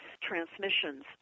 transmissions